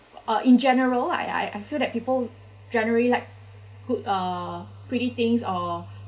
uh in general I I I feel that people generally like good uh pretty things or